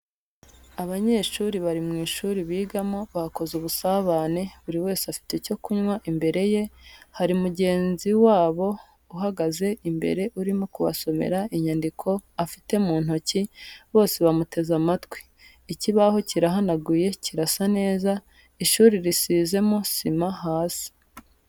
Abanyeshuri bari mu ishuri bigamo bakoze ubusabane, buri wese afite icyo kunywa imbere ye, hari mugenzi wabo uhagaze imbere urimo kubasomera inyandiko afite mu ntoki, bose bamuteze matwi. Ikibaho kirahanaguye kirasa neza, ishuri risizemo sima hasi.